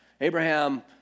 Abraham